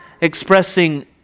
expressing